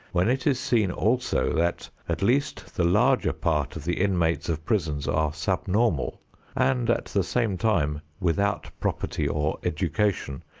when it is seen also that at least the larger part of the inmates of prisons are subnormal and at the same time without property or education,